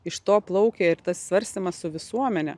iš to plaukia ir tas svarstymas su visuomene